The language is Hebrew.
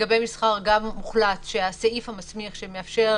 לגבי מסחר הוחלט שגם הסעיף המסמיך שמאפשר